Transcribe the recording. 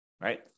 right